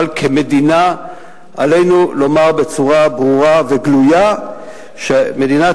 אבל כמדינה עלינו לומר בצורה ברורה וגלויה שמדינת